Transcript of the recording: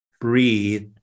breathe